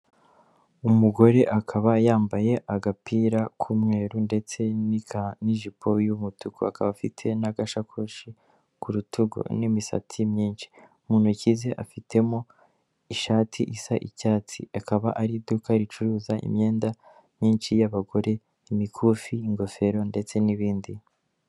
Umugore akaba yambaye agapira k'umweru ndetse ni'ijipo y'umutuku akaba afite n'agasakoshi ku rutugu n'imisatsi myinshi, mu ntoki ze afitemo ishati isa icyatsi akaba ari mu iduka ricuruza imyenda myinshi y'abagore, imikufi, ingofero ndetse n'ibindi.